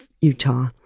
Utah